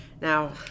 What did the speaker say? Now